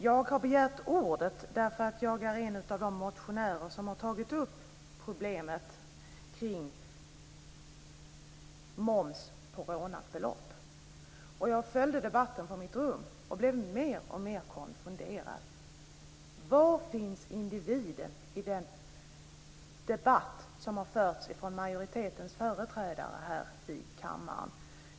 Jag har begärt ordet därför att jag är en av de motionärer som har tagit upp problemet kring moms på rånat belopp. Jag följde debatten på mitt rum och blev mer och mer konfunderad. Var finns individen i den debatt som har förts från majoritetens företrädare här i kammaren?